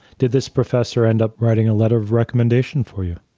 did this professor end up writing a letter of recommendation for you?